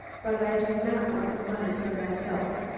but i do not want the money for myself.